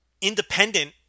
Independent